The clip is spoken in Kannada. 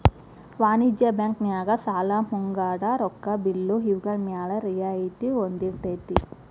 ವಾಣಿಜ್ಯ ಬ್ಯಾಂಕ್ ನ್ಯಾಗ ಸಾಲಾ ಮುಂಗಡ ರೊಕ್ಕಾ ಬಿಲ್ಲು ಇವ್ಗಳ್ಮ್ಯಾಲೆ ರಿಯಾಯ್ತಿ ಹೊಂದಿರ್ತೆತಿ